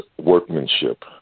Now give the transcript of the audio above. workmanship